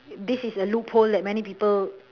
this is a loophole that many people